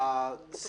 מי נמנע?